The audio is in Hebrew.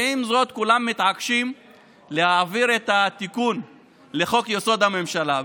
ועם זאת כולם מתעקשים להעביר את התיקון לחוק-יסוד: הממשלה.